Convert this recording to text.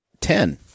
Ten